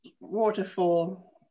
waterfall